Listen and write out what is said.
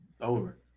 over